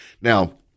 Now